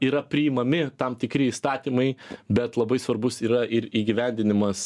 yra priimami tam tikri įstatymai bet labai svarbus yra ir įgyvendinimas